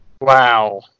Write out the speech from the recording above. Wow